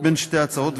בין שתי הצעות,